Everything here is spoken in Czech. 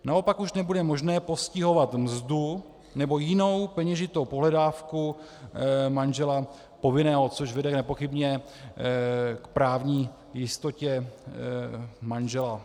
Naopak už nebude možné postihovat mzdu nebo jinou peněžitou pohledávku manžela povinného, což vede nepochybně k právní jistotě manžela.